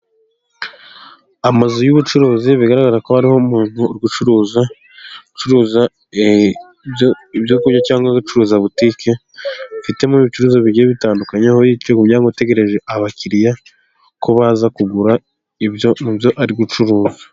Amazu y'ubucuruzi bigaragara ko hariho umuntu ucuruza ibyo kurya cyangwa ucuruza butike ufitemo ibicuruzwa bigiye bitandukanye, aho yicaye ubu utegereje abakiriya ko baza kugura ibyo ari gucuruza.